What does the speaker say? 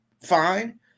fine